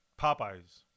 Popeyes